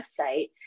website